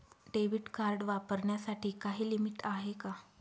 Debit card वापरण्यासाठी काही limit आहे का?